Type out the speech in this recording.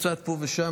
קצת פה ושם,